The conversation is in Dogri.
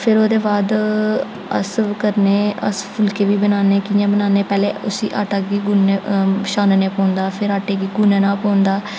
फिर ओह्दे बाद अस करने अस फुलके बी बनाने कि'यां बनाने पैह्लें उसी आटा गी गुनने छानने पौंदा फिर आटे गी गुनना पौंदा